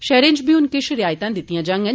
शौहरें इच बी हुन किा रियायतां दित्तियां जांडन